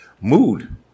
mood